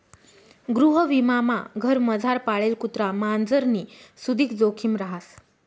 गृहविमामा घरमझार पाळेल कुत्रा मांजरनी सुदीक जोखिम रहास